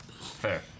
Fair